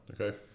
Okay